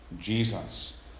Jesus